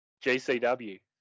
GCW